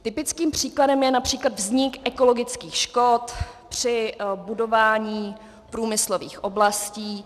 Typickým příkladem je například vznik ekologických škod při budování průmyslových oblastí.